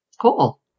cool